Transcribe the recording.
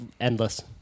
endless